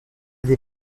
des